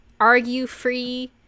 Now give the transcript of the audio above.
argue-free